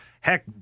heck